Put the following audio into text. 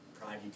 pride